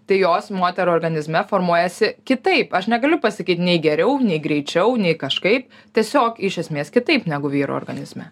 tai jos moterų organizme formuojasi kitaip aš negaliu pasakyt nei geriau nei greičiau nei kažkaip tiesiog iš esmės kitaip negu vyro organizme